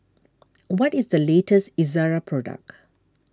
what is the latest Ezerra product